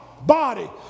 Body